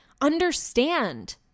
understand